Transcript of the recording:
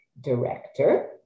director